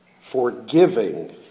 forgiving